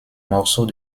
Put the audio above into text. morceaux